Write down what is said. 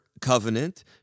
covenant